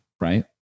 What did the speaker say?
Right